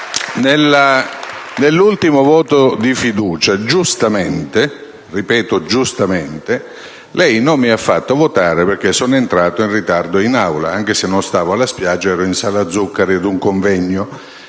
nell’ultimo voto di fiducia giustamente – ripeto giustamente – lei non mi ha fatto votare perche´ sono entrato in ritardo in Aula, anche se non ero in spiaggia ma in sala Zuccari ad un convegno.